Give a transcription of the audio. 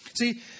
See